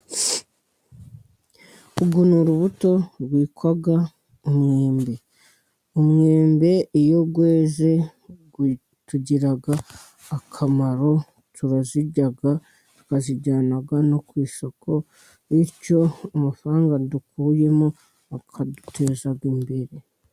Uru ni uurubuto rwitwa umwembe, umwembe iyo weze bitugirira akamaro, turayirya tukayijyana no ku isoko, bityo amafaranga dukuyemo akaduteza imbere.